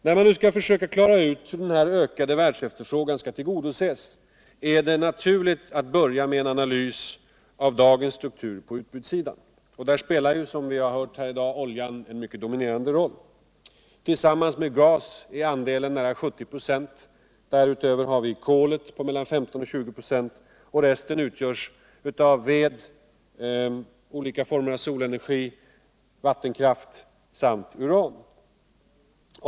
När man nu skall försöka klara ut hur den ökade världsefterfrågan skall tillgodoses är det naturligt att börja med en analvs av dagens struktur på utbudssidan. Där spelar, som vi har hört i dag, oljan en mycket dominerande roll. Tillsammans med gas är andelen där 70 ",. Därutöver har vi kolet på mellan 15 och 20 "+ och resten utgörs av ved, olika former av solenergi, vattenkraft samt uran.